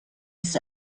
his